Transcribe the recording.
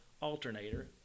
alternator